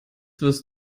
wirst